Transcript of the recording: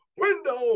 window